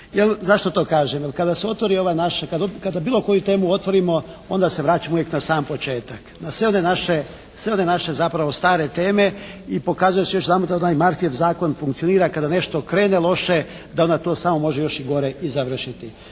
ova naša, kada bilo koju temu otvorimo onda se vračamo uvijek na sam početak, na sve one naše, sve one naše zapravo stare teme i pokazuje se još jedanputa onaj Murphyev zakon funkcionira kada nešto krene loše da onda to samo može još i gore i završiti.